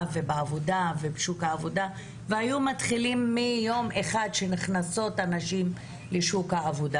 ובשוק העבודה והיו מתחילים מהיום הראשון שנשים נכנסות לשוק העבודה,